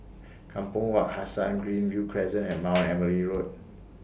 Kampong Wak Hassan Greenview Crescent and Mount Emily Road